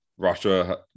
Russia